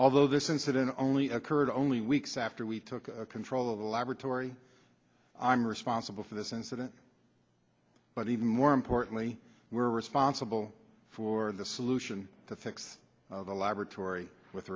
although this incident only occurred only weeks after we took control of the laboratory i'm responsible for this incident but even more importantly we're responsible for the solution to fix the laboratory with